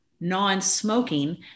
non-smoking